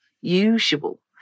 usual